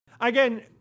again